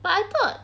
but I thought